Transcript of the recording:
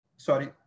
sorry